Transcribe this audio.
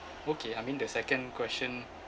okay I mean the second question